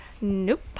Nope